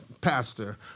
pastor